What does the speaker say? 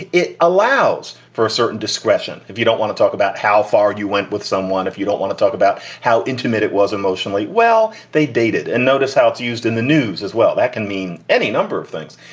it it allows for a certain discretion. if you don't want to talk about how far you went with someone, if you don't want to talk about how intimate it was emotionally. well, they dated and notice how it's used in the news as well. that can mean any number of things.